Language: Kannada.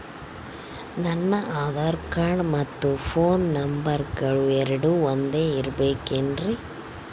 ನನ್ನ ಆಧಾರ್ ಕಾರ್ಡ್ ಮತ್ತ ಪೋನ್ ನಂಬರಗಳು ಎರಡು ಒಂದೆ ಇರಬೇಕಿನ್ರಿ?